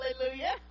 Hallelujah